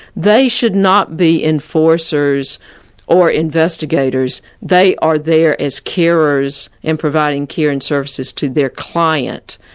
they should not be enforcers or investigators, they are there as carers in providing caring services to their client.